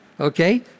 Okay